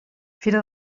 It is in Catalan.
fira